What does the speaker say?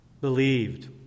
believed